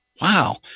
Wow